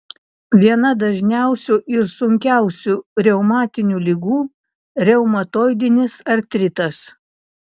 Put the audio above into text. viena dažniausių ir sunkiausių reumatinių ligų reumatoidinis artritas